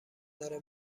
داره